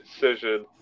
decision